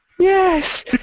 Yes